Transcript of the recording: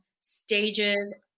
stages